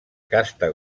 casta